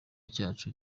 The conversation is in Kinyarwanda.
cyacu